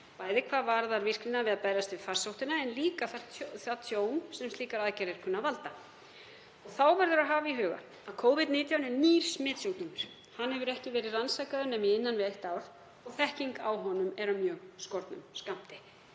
bæði hvað varðar virknina við að berjast við farsóttina en líka það tjón sem þær kunna að valda. Þá verður að hafa í huga að Covid-19 er nýr smitsjúkdómur. Hann hefur ekki verið rannsakaður nema í innan við eitt ár og þekking á honum er af mjög skornum skammti.